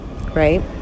Right